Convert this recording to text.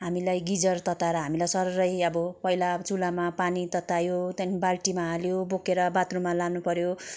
हामीलाई गिजर तताएर हामीलाई सररै अब पहिला चुलामा पानी ततायो त्यहाँदेखि बाल्टीमा हाल्यो बोकेर बाथरुममा लानुपर्यो